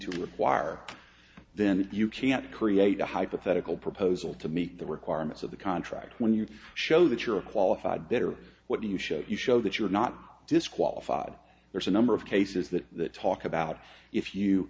to require then you can't create a hypothetical proposal to meet the requirements of the contract when you show that you're a qualified bidder what do you show you show that you're not disqualified there's a number of cases that that talk about if you